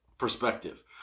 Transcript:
perspective